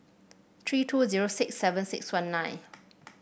three two zero six seven six one nine